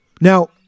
Now